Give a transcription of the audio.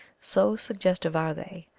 so suggestive are they,